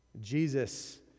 Jesus